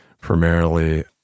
primarily